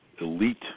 elite